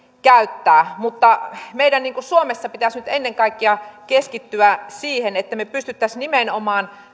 käyttää mutta meidän suomessa pitäisi nyt ennen kaikkea keskittyä siihen että me pystyisimme nimenomaan